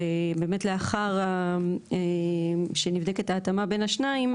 ובאמת לאחר שנבדקת ההתאמה בין השניים,